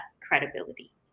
credibility